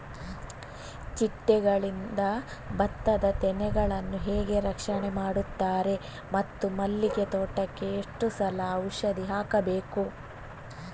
ಚಿಟ್ಟೆಗಳಿಂದ ಭತ್ತದ ತೆನೆಗಳನ್ನು ಹೇಗೆ ರಕ್ಷಣೆ ಮಾಡುತ್ತಾರೆ ಮತ್ತು ಮಲ್ಲಿಗೆ ತೋಟಕ್ಕೆ ಎಷ್ಟು ಸಲ ಔಷಧಿ ಹಾಕಬೇಕು?